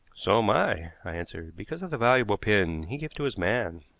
so am i, i answered, because of the valuable pin he gave to his man.